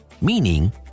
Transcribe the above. meaning